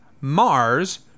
Mars